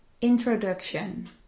Introduction